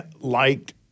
liked –